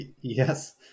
yes